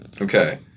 Okay